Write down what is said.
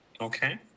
Okay